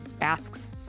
asks